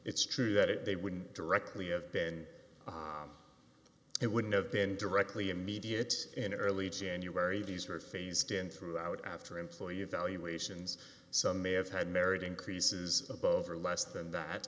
it's true that it they wouldn't directly have been it wouldn't have been directly immediate in early january these were phased in throughout after employee evaluations some may have had merit increases above or less than